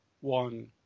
one